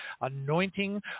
anointing